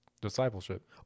Discipleship